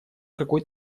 какой